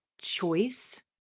choice